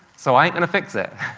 so i ain't gonna fix it.